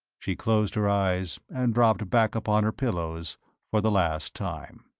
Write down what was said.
she closed her eyes and dropped back upon her pillows for the last time.